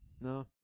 no